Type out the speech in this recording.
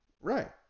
Right